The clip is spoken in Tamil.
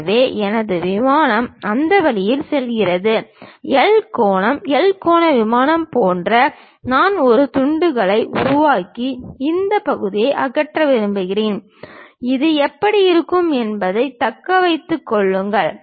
எனவே எனது விமானம் அந்த வழியில் செல்கிறது எல் கோணம் எல் கோண விமானம் போன்றவை நான் ஒரு துண்டுகளை உருவாக்கி இந்த பகுதியை அகற்ற விரும்புகிறேன் இது எப்படி இருக்கும் என்பதைத் தக்க வைத்துக் கொள்ளுங்கள்